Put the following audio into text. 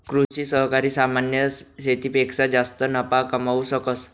कृषि सहकारी सामान्य शेतीपेक्षा जास्त नफा कमावू शकस